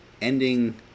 ending